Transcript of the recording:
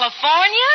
California